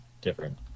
different